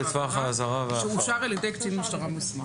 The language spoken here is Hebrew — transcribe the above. האזהרה שאושר על ידי קצין משטרה מוסמך.